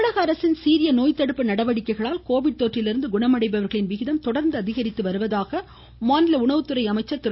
காமராஜ் அரசின் சீரிய நோய்த்தடுப்பு நடவடிக்கைகளால் கோவிட் கமிழக தொற்றிலிருந்து குணமடைபவர்களின் விகிதம் தொடர்ந்து அதிகரித்து வருவதாக மாநில உணவுத்துறை அமைச்சர் திரு